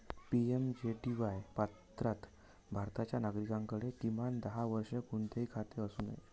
PMJDY पात्रता भारताच्या नागरिकाकडे, किमान दहा वर्षे, कोणतेही खाते असू नये